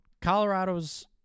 colorado's